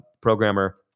programmer